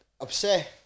upset